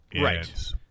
Right